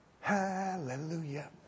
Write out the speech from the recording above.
Hallelujah